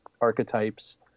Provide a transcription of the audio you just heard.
archetypes